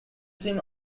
seem